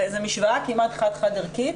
זו משוואה כמעט חד חד ערכית,